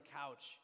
couch